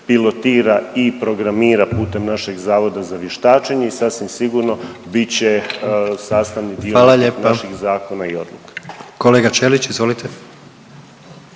pilotira i programira putem našeg Zavoda za vještačenje i sasvim sigurno, bit će sastavni dio… .../Upadica: Hvala